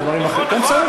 את הדברים,